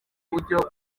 buryo